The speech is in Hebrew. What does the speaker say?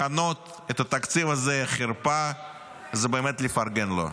לכנות את התקציב הזה חרפה זה באמת לפרגן לו.